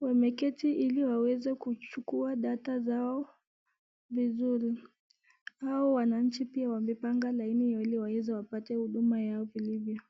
wameketi ili waweze kuchukuwa data zao vizuri, hao wananchi pia wamepanga laini ili waweze kupata huduma yao vilivyo.